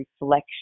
reflection